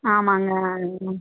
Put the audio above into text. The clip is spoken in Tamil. ஆமாம்ங்க